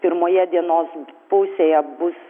pirmoje dienos pusėje bus